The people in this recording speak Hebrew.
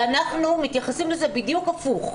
ואנחנו מתייחסים לזה בדיוק הפוך,